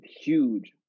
huge